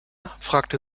fragte